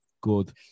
good